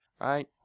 right